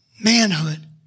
manhood